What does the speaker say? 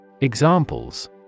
Examples